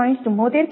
74 kV છે